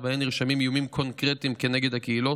שבהן נרשמים איומים קונקרטיים נגד הקהילות,